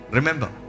Remember